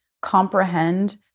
comprehend